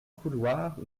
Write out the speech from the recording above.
couloir